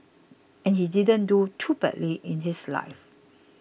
and he didn't do too badly in his life